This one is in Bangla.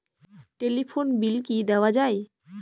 টেলিফোন বিল কি দেওয়া যায়?